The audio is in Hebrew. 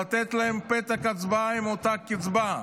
לתת להם פתק הצבעה עם אותה קצבה.